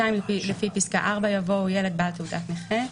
לפני פסקה (4) יבוא: "(3ב)הוא ילד בעל תעודת נכה,".